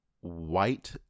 white